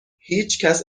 هیچکس